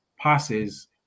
passes